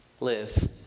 live